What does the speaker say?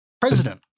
president